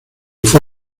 fue